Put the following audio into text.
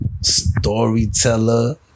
Storyteller